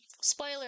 spoiler